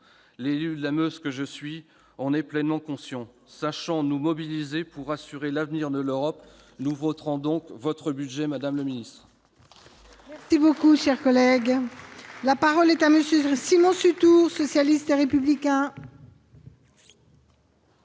L'élu de la Meuse que je suis en est pleinement conscient. Sachons nous mobiliser pour assurer l'avenir de l'Europe ! Nous voterons donc, madame la ministre,